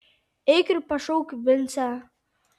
eik ir pašauk vincę